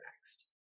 next